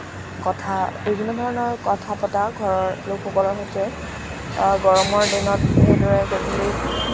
কথা বিভিন্ন ধৰণৰ কথা পতা ঘৰৰ লোকসকলৰ সৈতে আৰু গৰমৰ দিনত সেইদৰে গধূলি